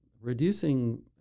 reducing